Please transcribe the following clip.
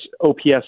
OPS